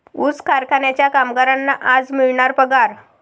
ऊस कारखान्याच्या कामगारांना आज मिळणार पगार